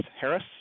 Harris